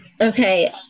Okay